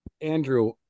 Andrew